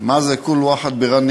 מה זה (אומר דברים בשפה הערבית).